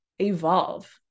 evolve